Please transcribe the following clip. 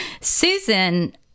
Susan